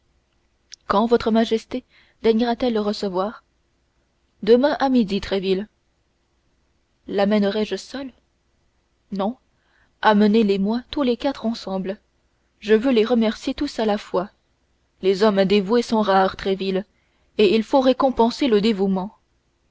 quand votre majesté daignera t elle le recevoir demain à midi tréville lamènerai je seul non amenez les moi tous les quatre ensemble je veux les remercier tous à la fois les hommes dévoués sont rares tréville et il faut récompenser le dévouement